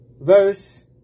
verse